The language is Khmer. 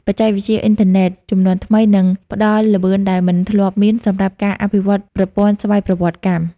បច្ចេកវិទ្យាអ៊ីនធឺណិតជំនាន់ថ្មីនឹងផ្ដល់ល្បឿនដែលមិនធ្លាប់មាន សម្រាប់ការអភិវឌ្ឍប្រព័ន្ធស្វ័យប្រវត្តិកម្ម។